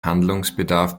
handlungsbedarf